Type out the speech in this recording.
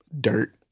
dirt